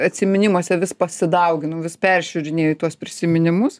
atsiminimuose vis pasidauginau vis peržiūrinėju tuos prisiminimus